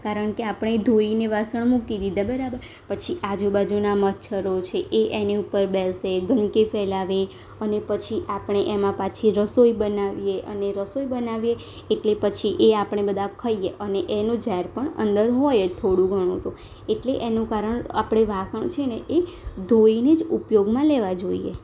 કારણ કે આપળે ધોઈને વાસણ મૂકી દીધાં બરાબર પછી આજુબાજુના મચ્છરો છે એ એની ઉપર બેસે ગંદકી ફેલાવે અને પછી આપણે એમાં પાછી રસોઈ બનાવીએ અને રસોઈ બનાવીએ એટલે પછી એ આપણે બધા ખાઇએ અને એનું જાર પણ અંદર હોય થોડું ઘણું તો એટલે એનું કારણ આપણે વાસણ છે ને એ ધોઈને જ ઉપયોગમાં લેવાં જોઈએ